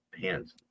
hands